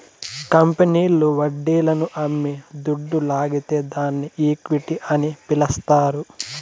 కంపెనీల్లు వడ్డీలను అమ్మి దుడ్డు లాగితే దాన్ని ఈక్విటీ అని పిలస్తారు